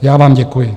Já vám děkuji.